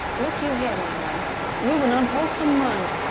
look you here, my man you've an unwholesome mind,